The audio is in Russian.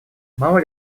мало